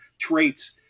traits